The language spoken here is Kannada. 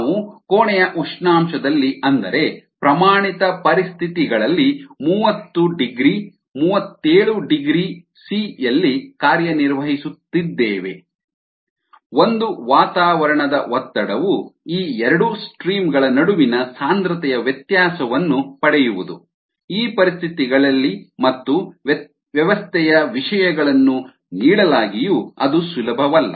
ನಾವು ಕೋಣೆಯ ಉಷ್ಣಾಂಶದಲ್ಲಿ ಅಂದರೆ ಪ್ರಮಾಣಿತ ಪರಿಸ್ಥಿತಿಗಳಲ್ಲಿ ಮೂವತ್ತು ಡಿಗ್ರಿ ಮೂವತ್ತೇಳು ಡಿಗ್ರಿ ಸಿ ಯಲ್ಲಿ ಕಾರ್ಯನಿರ್ವಹಿಸುತ್ತಿದ್ದೇವೆ ಒಂದು ವಾತಾವರಣದ ಒತ್ತಡವು ಈ ಎರಡು ಸ್ಟ್ರೀಮ್ ಗಳ ನಡುವಿನ ಸಾಂದ್ರತೆಯ ವ್ಯತ್ಯಾಸವನ್ನು ಪಡೆಯುವುದು ಈ ಪರಿಸ್ಥಿತಿಗಳಲ್ಲಿ ಮತ್ತು ವ್ಯವಸ್ಥೆಯ ವಿಷಯಗಳನ್ನು ನೀಡಲಾಗಿಯೂ ಅದು ಸುಲಭವಲ್ಲ